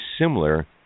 similar